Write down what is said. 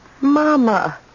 Mama